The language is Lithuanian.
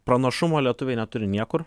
pranašumo lietuviai neturi niekur